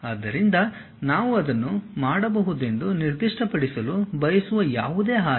ಆದ್ದರಿಂದ ನಾವು ಅದನ್ನು ಮಾಡಬಹುದೆಂದು ನಿರ್ದಿಷ್ಟಪಡಿಸಲು ಬಯಸುವ ಯಾವುದೇ ಆಯಾಮ